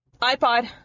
iPod